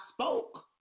spoke